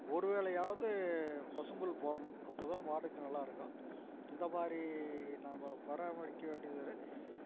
ஒரு வேளையாவது பசும்புல் போடணும் அப்ப தான் மாடுக்கு நல்லாருக்கும் இந்த மாதிரி நம்ப பராமரிக்க வேண்டியது வரும்